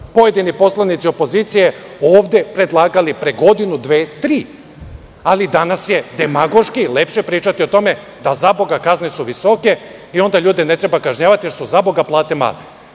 pojedini poslanici opozicije ovde predlagali pre godinu, dve, tri. Ali, danas je demagoški lepše pričati o tome da su kazne visoke i onda ljude ne treba kažnjavati, jer su plate male.